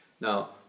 Now